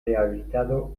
rehabilitado